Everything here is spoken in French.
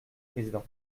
président